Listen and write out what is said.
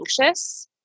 anxious